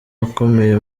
akomeye